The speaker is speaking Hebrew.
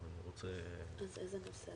הזה,